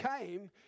came